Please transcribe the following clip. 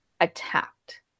attacked